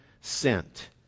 sent